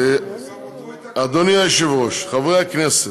אדוני היושב-ראש, חברי הכנסת,